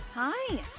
Hi